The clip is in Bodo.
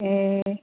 ए